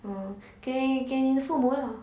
oh 给给你的父母 lah